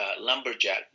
lumberjack